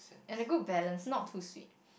and a good balance not too sweet